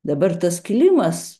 dabar tas kilimas